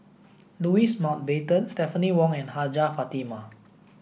Louis Mountbatten Stephanie Wong and Hajjah Fatimah